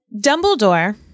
Dumbledore